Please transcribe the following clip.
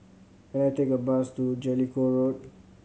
can I take a bus to Jellicoe Road